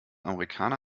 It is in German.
amerikaner